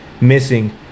missing